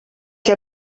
che